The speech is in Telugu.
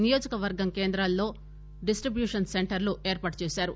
నియోజక వర్గ కేంద్రాల్లో డిస్టిబ్యూషన్ సెంటర్లు ఏర్పాటు చేశారు